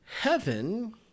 heaven